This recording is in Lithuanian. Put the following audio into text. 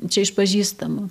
čia iš pažįstamų